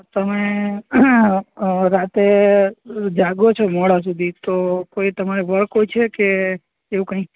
તમે રાતે જાગો છો મોડા સુધી તો કોઈ તમારે વર્ક હોય છે કે એવું કંઈ